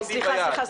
רבותיי, סליחה.